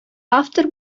автор